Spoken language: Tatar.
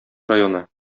районы